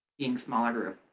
being smaller group?